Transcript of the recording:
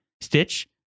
Stitch